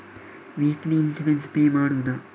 Weekly insurance pay ಮಾಡುವುದ?